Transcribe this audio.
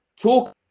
talk